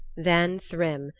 then thrym,